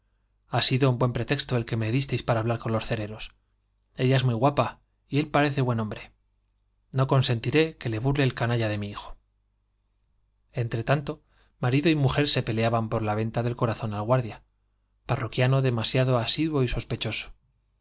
ha sido buen pretexto el que me disteis para hablar con los cereros ella es muy guapa y él parece buen hombre no consentiré que lé burle el canalla de mi hijo entre tanto marido y mujer se peleaban por la venta del corazón al guardia parroquiano demasiado asiduo y sospechoso